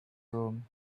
room